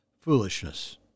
foolishness